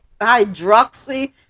hydroxy